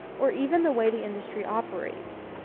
or even the way the industry operates.